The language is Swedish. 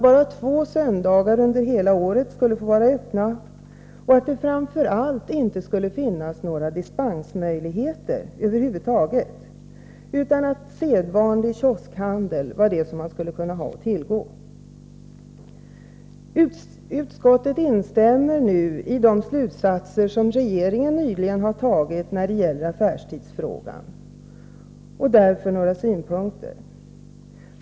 Bara två söndagar under hela året skulle man få ha öppet. Framför allt skulle det inte finnas några dispensmöjligheter över huvud taget. Sedvanlig kioskhandel skulle vara det som man hade att tillgå. Utskottet instämmer i de slutsatser som regeringen nyligen dragit när det gäller affärstidslagen. Därför vill jag anlägga några synpunkter.